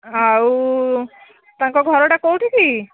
ଆଉ ତାଙ୍କ ଘରଟା କେଉଁଠି କି